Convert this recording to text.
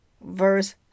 Verse